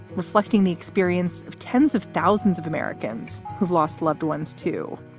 reflecting the experience of tens of thousands of americans who've lost loved ones, too.